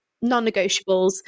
non-negotiables